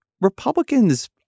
Republicans